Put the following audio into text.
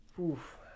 Oof